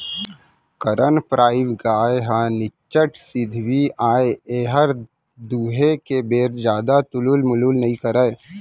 करन फ्राइ गाय ह निच्चट सिधवी अय एहर दुहे के बेर जादा तुलुल मुलुल नइ करय